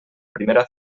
primera